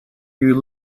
you